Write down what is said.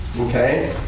Okay